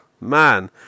man